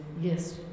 yes